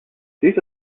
these